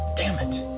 damn it!